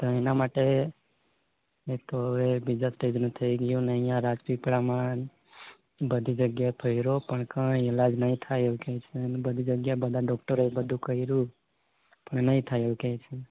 તો એના માટે એ તો હવે બીજા સ્ટેજનું થઈ ગયું ને અહીંયા રાજપીપળામાં ને બધી જગ્યાએ ફર્યો પણ કંઈ ઈલાજ નહીં થાય એવું કહે છે અને બધી જગ્યાએ બધા ડોકટરોએ બધું કર્યું તો એ નહીં થાય એવું કહે છે